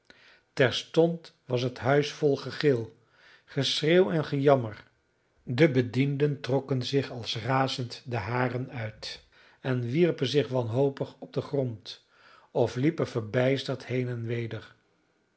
terstond was het huis vol gegil geschreeuw en gejammer de bedienden trokken zich als razend de haren uit en wierpen zich wanhopig op den grond of liepen verbijsterd